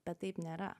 bet taip nėra